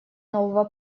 нового